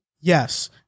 Yes